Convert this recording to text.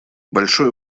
большое